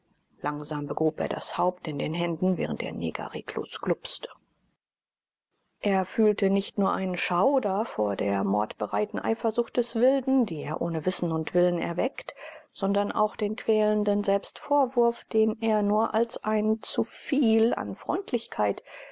lange begrub er das haupt in den händen während der neger reglos glupste er fühlte nicht nur einen schauder vor der mordbereiten eifersucht des wilden die er ohne wissen und willen erweckt sondern auch einen quälenden selbstvorwurf den er nur als ein zu viel an freundlichkeit